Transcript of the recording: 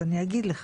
אז אני אגיד לך,